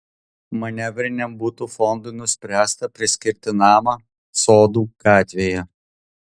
manevriniam butų fondui nuspręsta priskirti namą sodų gatvėje